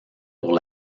pour